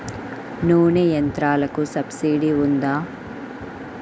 నూనె యంత్రాలకు సబ్సిడీ ఉందా?